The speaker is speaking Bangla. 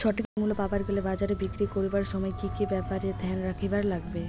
সঠিক মূল্য পাবার গেলে বাজারে বিক্রি করিবার সময় কি কি ব্যাপার এ ধ্যান রাখিবার লাগবে?